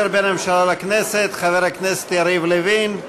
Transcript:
בין הממשלה לכנסת חבר הכנסת יריב לוין.